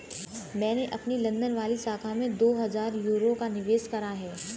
मैंने अपनी लंदन वाली शाखा में दो हजार यूरो का निवेश करा है